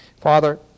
Father